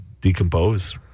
decompose